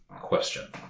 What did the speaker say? question